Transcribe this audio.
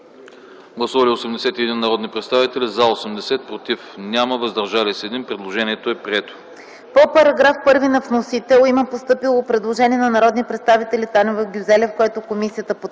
По § 4 на вносителя има постъпило предложение от народните представители Танева и Гюзелев, което комисията подкрепя.